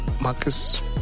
Marcus